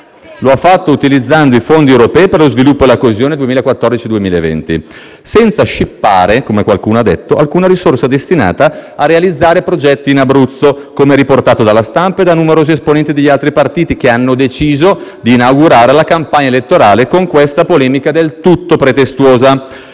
Lo ha fatto utilizzando i fondi europei per lo sviluppo e la coesione 2014-2020, senza scippare - come qualcuno ha detto - alcuna risorsa destinata a realizzare progetti in Abruzzo, come riportato dalla stampa e da numerosi esponenti degli altri partiti, che hanno deciso di inaugurare la campagna elettorale con questa polemica del tutto pretestuosa.